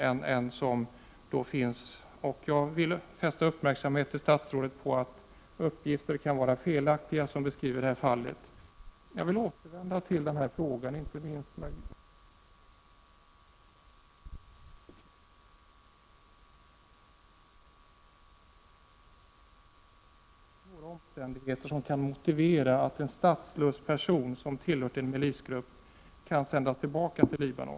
Jag vill fästa statsrådets uppmärksamhet på att uppgifter som beskriver det här fallet kan vara felaktiga. Jag vill återvända till frågan inte minst med tanke på FN-kommissionens ställningstagande: Kan det verkligen från svensk utgångspunkt finnas några omständigheter som kan motivera att en statslös person som tillhört en milisgrupp sänds tillbaka till Libanon?